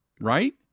Right